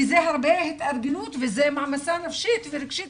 כי זו הרבה התארגנות וזו מעמסה נפשית ורגשית